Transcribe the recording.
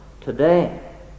today